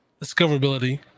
discoverability